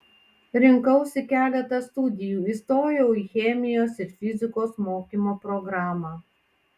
rinkausi keletą studijų įstojau į chemijos ir fizikos mokymo programą